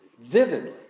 vividly